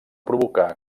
provocar